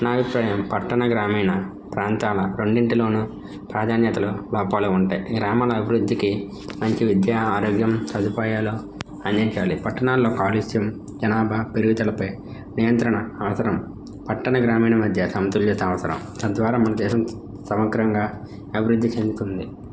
నా అభిప్రాయం పట్టణ గ్రామీణ ప్రాంతాల రెండింటిలోనూ ప్రాధాన్యతలు లోపాలు ఉంటాయి గ్రామాల అభివృద్ధికి మంచి విద్యా ఆరోగ్యం సదుపాయాలు అందించాలి పట్టణాల్లో కాలుస్యం జనాభా పెరుగుతలపై నియంత్రణ అవసరం పట్టణ గ్రామీణ మధ్య సమతుల్యత అవసరం తద్వారా మన దేశం సమగ్రంగా అభివృద్ధి చెందుతుంది